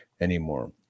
anymore